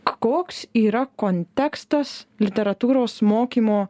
koks yra kontekstas literatūros mokymo